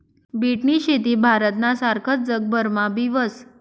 बीटनी शेती भारतना सारखस जगभरमा बी व्हस